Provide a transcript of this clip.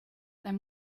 then